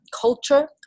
culture